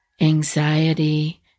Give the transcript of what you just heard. anxiety